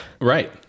right